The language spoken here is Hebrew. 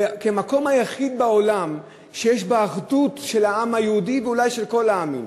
כמקום היחיד בעולם שיש בו אחדות של העם היהודי ואולי של כל העמים,